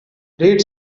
read